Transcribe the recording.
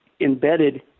embedded